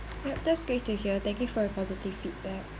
yup that's great to hear thank you for your positive feedback